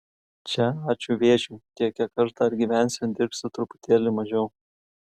čia ačiū vėžiui tiek kiek aš dar gyvensiu dirbsiu truputėlį mažiau